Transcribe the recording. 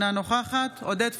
אינה נוכחת עודד פורר,